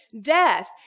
death